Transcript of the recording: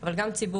אבל גם ציבור.